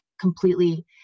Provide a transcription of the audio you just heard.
completely